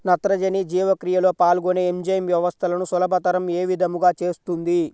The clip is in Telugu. నత్రజని జీవక్రియలో పాల్గొనే ఎంజైమ్ వ్యవస్థలను సులభతరం ఏ విధముగా చేస్తుంది?